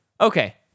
Okay